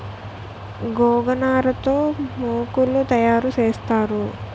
గోగనార తో మోకులు తయారు సేత్తారు